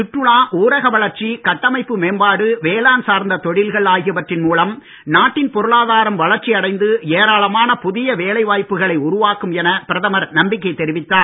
சுற்றுலா ஊரக வளர்ச்சி கட்டமைப்பு மேம்பாடு வேளாண் சார்ந்த தொழில்கள் ஆகியவற்றின் மூலம் நாட்டின் பொருளாதாரம் வளர்ச்சி அடைந்து ஏராளமான புதிய வேலை வாய்ப்புகளை உருவாக்கும் என பிரதமர் நம்பிக்கை தெரிவித்தார்